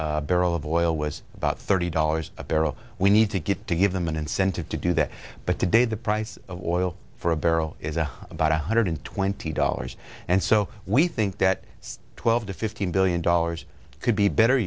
a barrel of oil was about thirty dollars a barrel we need to get to give them an incentive to do that but today the price of oil for a barrel isn't about one hundred twenty dollars and so we think that twelve to fifteen billion dollars could be better